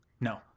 No